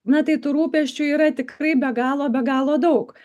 na tai tų rūpesčių yra tikrai be galo be galo daug